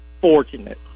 fortunate